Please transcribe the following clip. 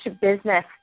business